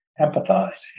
empathize